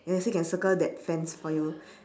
ya so you can circle that fence for you